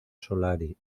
solari